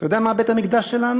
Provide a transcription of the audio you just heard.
אתה יודע מה בית-המקדש שלנו?